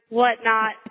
whatnot